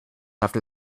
after